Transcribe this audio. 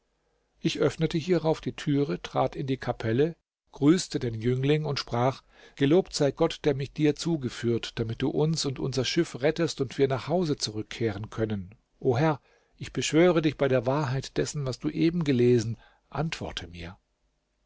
ich öffnete hierauf die türe trat in die kapelle grüßte den jüngling und sprach gelobt sei gott der mich dir zugeführt damit du uns und unser schiff rettest und wir nach hause zurückkehren können o herr ich beschwöre dich bei der wahrheit dessen was du eben gelesen antworte mir